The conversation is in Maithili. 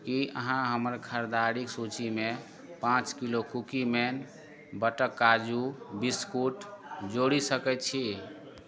की अहाँ हमर खरीदारिक सूचीमे पाँच किलो कुकीमैन बटर काजू बिस्कुट जोड़ि सकैत छी